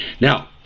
Now